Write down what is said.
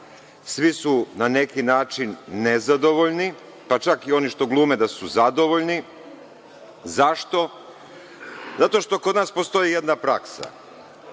svi su na neki način nezadovoljni, pa čak i oni što glume da su zadovoljni. Zašto? Zato što kod nas postoji jedna praksa,